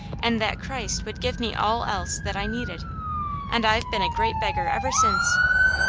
and that christ would give me all else that i needed and ive been a great beggar ever since.